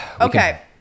Okay